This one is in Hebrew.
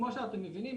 כפי שאתם מבינים,